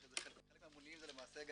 חלק מהממונים זה למעשה גם